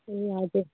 ए हजुर